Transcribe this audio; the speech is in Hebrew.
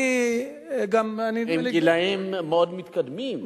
אני גם, בגילים מאוד מתקדמים.